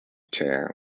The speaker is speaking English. chair